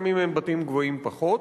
גם אם הם בתים גבוהים פחות.